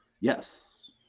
yes